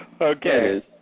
Okay